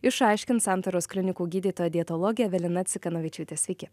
išaiškins santaros klinikų gydytoja dietologė evelina cikanavičiūtė sveiki